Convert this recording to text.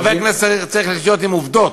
חבר כנסת צריך לחיות עם עובדות.